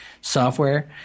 software